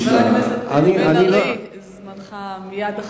חבר הכנסת בן-ארי, זמנך מייד אחריו.